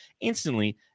instantly